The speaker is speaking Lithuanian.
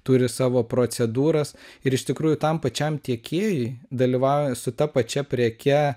turi savo procedūras ir iš tikrųjų tam pačiam tiekėjui dalyvauja su ta pačia preke